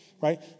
right